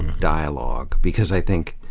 dialogue. because i think,